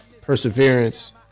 perseverance